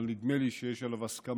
אבל נדמה לי שיש דבר שיש עליו הסכמה,